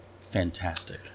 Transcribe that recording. fantastic